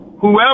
whoever